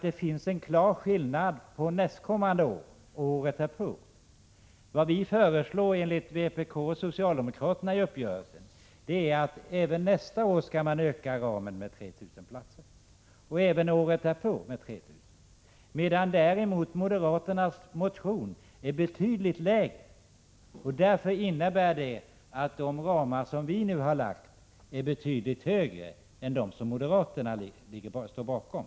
Det finns en klar skillnad mellan nästkommande år och året därpå. I enlighet med uppgörelsen mellan vpk och socialdemokraterna föreslår vi att man även nästa år skall öka ramen med 3 000 platser och likaså året därpå. Moderaterna ligger i sin motion betydligt lägre. Det innebär att de ramar som vi nu har lagt fram förslag om är betydligt högre än de som moderaterna står bakom.